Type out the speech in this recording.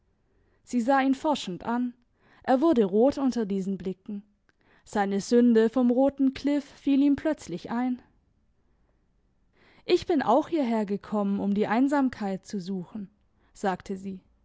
sie sah ihn forschend an er wurde rot unter diesen blicken seine sünde vom roten kliff fiel ihm plötzlich ein ich bin auch hierhergekommen um die einsamkeit zu suchen sagte sie